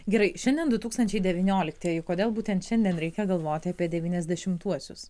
gerai šiandien du tūkstančiai devynioliktieji kodėl būtent šiandien reikia galvoti apie devyniasdešimtuosius